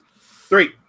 Three